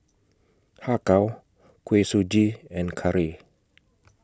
Har Kow Kuih Suji and Curry